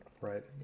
Right